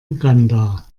uganda